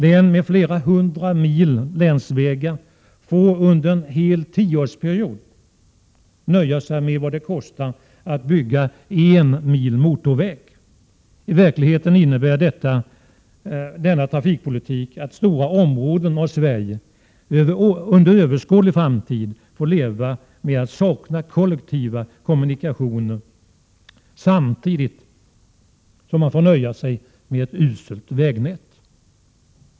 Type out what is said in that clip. Län med flera hundra mil länsvägar får under en hel tioårsperiod nöja sig med vad det kostar att bygga en mil motorväg. I verkligheten innebär denna trafikpolitik att stora områden av Sverige under överskådlig framtid får leva med att sakna kollektiva kommunikationer, samtidigt som man får nöja sig med ett uselt vägnät.